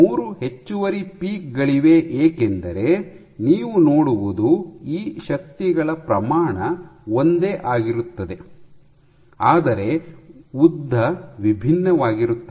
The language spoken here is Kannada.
ಮೂರು ಹೆಚ್ಚುವರಿ ಪೀಕ್ ಗಳಿವೆ ಏಕೆಂದರೆ ನೀವು ನೋಡುವುದು ಈ ಶಕ್ತಿಗಳ ಪ್ರಮಾಣ ಒಂದೇ ಆಗಿರುತ್ತದೆ ಆದರೆ ಉದ್ದ ವಿಭಿನ್ನವಾಗಿರುತ್ತದೆ